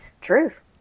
Truth